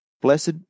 Blessed